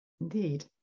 Indeed